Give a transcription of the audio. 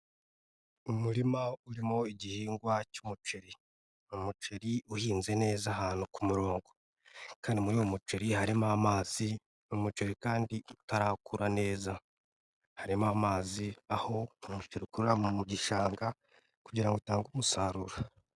Umurima urimo igihingwa cy'umuceri, ni umuceri uhinze neza ahantu ku murongo kandi muri uyu muceri harimo amazi, ni umuceri kandi utarakura neza, harimo amazi aho umuceri ukurira mu gishanga kugira ngo utange umusaruro.